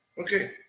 okay